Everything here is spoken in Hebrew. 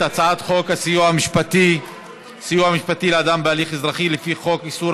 הצעת חוק הסיוע המשפטי (סיוע משפטי לאדם בהליך אזרחי לפי חוק איסור